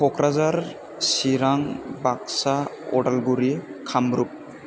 Kokrajhar Chirang Baksa Udalguri Kamrup